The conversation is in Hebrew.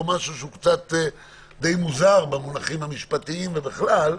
משהו שהוא די מוזר במונחים המשפטיים ובכלל,